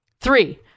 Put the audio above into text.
Three